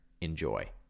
Enjoy